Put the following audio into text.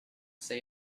say